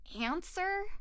answer